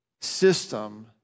system